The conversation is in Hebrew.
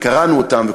וקראנו אותם,